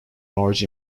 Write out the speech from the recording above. large